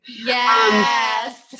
Yes